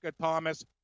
Thomas